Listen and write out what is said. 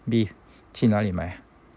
去哪里买 ah